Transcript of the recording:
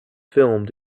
filmed